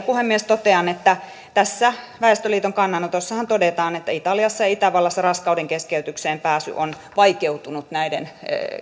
puhemies totean että tässä väestöliiton kannanotossahan todetaan että italiassa ja itävallassa raskaudenkeskeytykseen pääsy on vaikeutunut näiden